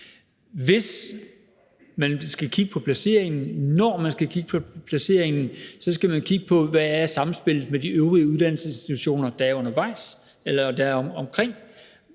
Hvis man skal kigge på placeringen, eller når man skal kigge på placeringen, så skal man kigge på, hvad samspillet er med de øvrige uddannelsesinstitutioner, der er undervejs, eller der ligger omkring.